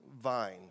vine